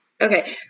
Okay